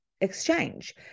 exchange